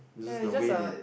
ya is just a